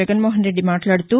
జగన్మోహన్రెడ్డి మాట్లాడుతూ